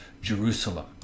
Jerusalem